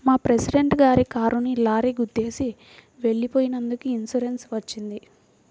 మా ప్రెసిడెంట్ గారి కారుని లారీ గుద్దేసి వెళ్ళిపోయినందుకు ఇన్సూరెన్స్ వచ్చింది